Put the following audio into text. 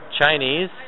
Chinese